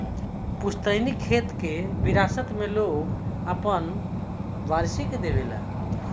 पुस्तैनी खेत के विरासत मे लोग आपन वारिस के देवे ला